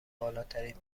بالاتری